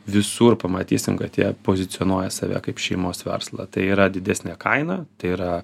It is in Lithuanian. visur pamatysim kad jie pozicionuoja save kaip šeimos verslą tai yra didesnė kaina tai yra